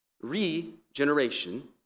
Regeneration